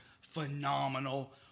phenomenal